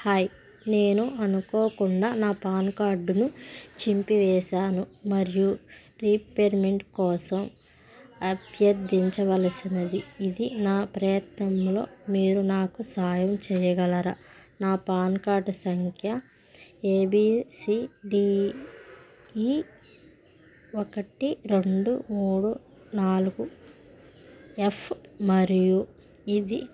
hi నేను అనుకోకుండా నా పాన్ కార్డును చింపివేసాను మరియు రీప్రింట్ కోసం అభ్యర్థించవలసినది ఇది నా ప్రయత్నంలో మీరు నాకు సహాయం చేయ్యగలరా నా పాన్ కార్డు సంఖ్య A B C D E ఒకటి రెండు మూడు నాలుగు ఎఫ్ మరియు ఇది